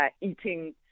eating